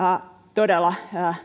todella